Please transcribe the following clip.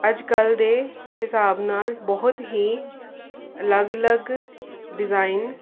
ਅੱਜ ਕੱਲ੍ਹ ਦੇ ਹਿਸਾਬ ਨਾਲ ਬਹੁਤ ਹੀ ਅਲੱਗ ਅਲੱਗ ਡਿਜ਼ਾਇਨ